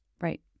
Right